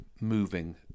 moving